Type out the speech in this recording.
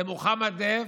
מוחמד דף,